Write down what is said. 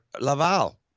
Laval